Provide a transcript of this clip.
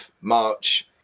March